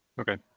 Okay